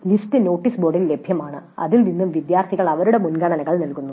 list notice ബോർഡിൽ ലഭ്യമാണ് അതിൽ നിന്ന് വിദ്യാർത്ഥികൾ അവരുടെ മുൻഗണനകൾ നൽകുന്നു